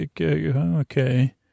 okay